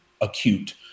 acute